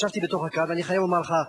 ישבתי בתוך הקהל, ואני חייב לומר לך,